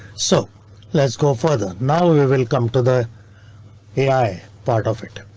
so let's go further. now we will come to the ai part of it.